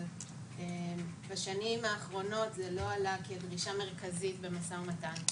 אבל בשנים האחרונות זה לא עלה כדרישה מרכזית במשא ומתן.